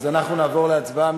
אז אנחנו נעבור להצבעה.